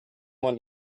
man